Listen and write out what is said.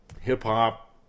hip-hop